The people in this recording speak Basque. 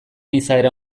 izaera